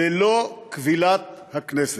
ללא כבילת הכנסת.